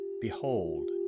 Behold